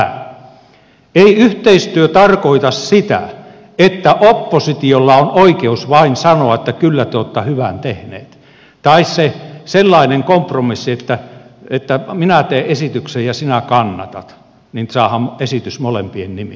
ei yhteistyö tarkoita sitä että oppositiolla on oikeus vain sanoa että kyllä te olette hyvän tehneet tai sellaista kompromissia että kun minä teen esityksen ja sinä kannatat niin saadaan esitys molempien nimiin